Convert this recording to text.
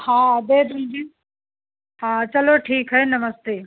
हाँ दे दूँगी हाँ चलो ठीक है नमस्ते